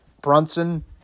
Brunson